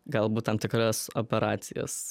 galbūt tam tikras operacijas